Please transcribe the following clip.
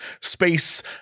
space